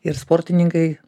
ir sportininkai